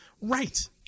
Right